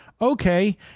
Okay